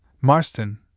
Marston